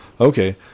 Okay